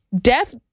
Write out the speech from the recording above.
Death